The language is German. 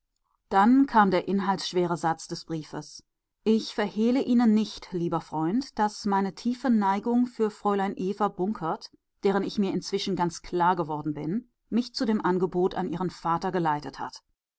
dann kam der inhaltsschwere satz des briefes ich verhehle ihnen nicht lieber freund daß meine tiefe neigung für fräulein eva bunkert deren ich mir inzwischen ganz klar geworden bin mich zu dem angebot an ihren vater geleitet hat